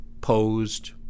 posed